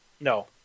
No